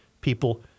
people